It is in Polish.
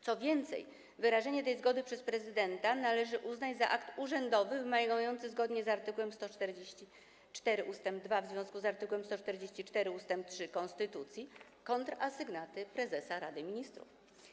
Co więcej, wyrażenie tej zgody przez prezydenta należy uznać za akt urzędowy wymagający, zgodnie z art. 144 ust. 2 w związku z art. 144 ust. 3 konstytucji, kontrasygnaty prezesa Rady Ministrów.